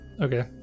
Okay